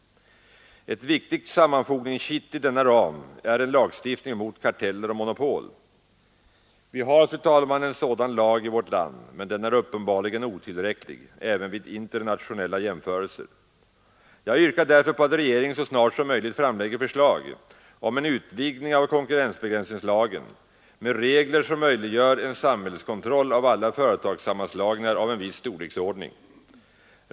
Ett viktigt sammanfogningskitt i denna ram är en lagstiftning mot karteller och monopol. Vi har, fru talman, en sådan lag i vårt land, men den är uppenbarligen otillräcklig, även vid internationella jämförelser. Jag yrkar därför på att regeringen så snart som möjligt framlägger förslag om en utvidgning av konkurrensbegränsningslagen med regler som möjliggör en samhällskontroll av alla företagssammanslagningar av en viss storleksordning.